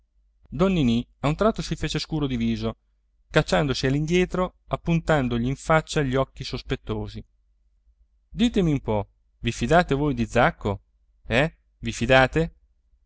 un tratto si fece scuro in viso cacciandosi all'indietro appuntandogli in faccia gli occhi sospettosi ditemi un po vi fidate voi di zacco eh vi fidate